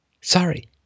Sorry